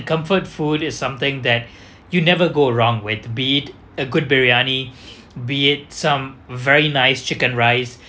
comfort food is something that you never go wrong with be it a good briyani be it some very nice chicken rice